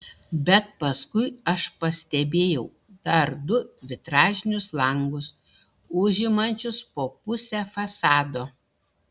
bet paskui aš pastebėjau dar du vitražinius langus užimančius po pusę fasado